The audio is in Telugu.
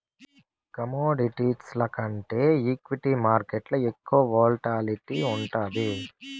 కమోడిటీస్ల కంటే ఈక్విటీ మార్కేట్లల ఎక్కువ వోల్టాలిటీ ఉండాది